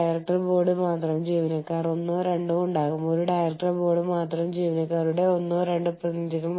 വിദേശ രാജ്യങ്ങളിലെ പൌരന്മാരെ നിങ്ങൾ പരിശീലിപ്പിക്കാൻ ശ്രമിക്കരുത് വിദേശ രാജ്യങ്ങളിലെ പൌരന്മാരെ നിങ്ങളുടെ സ്ഥാപനവുമായി പൊരുത്തപ്പെടുത്തുക